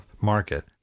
market